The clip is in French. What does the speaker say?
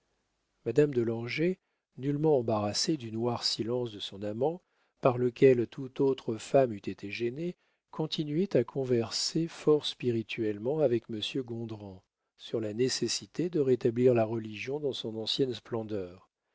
madame de langeais nullement embarrassée du noir silence de son amant par lequel toute autre femme eût été gênée continuait à converser fort spirituellement avec monsieur gondrand sur la nécessité de rétablir la religion dans son ancienne splendeur